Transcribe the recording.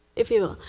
if you will.